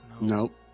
Nope